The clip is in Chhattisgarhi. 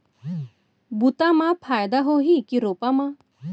बुता म फायदा होही की रोपा म?